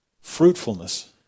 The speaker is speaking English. fruitfulness